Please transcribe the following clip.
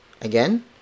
Again